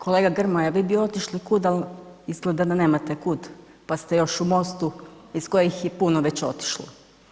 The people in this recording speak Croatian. Kolega Grmoja, vi bi otišli kud ali izgleda da nemate kud pa ste još u MOST-u iz kojeg je puno već otišlo.